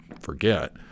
forget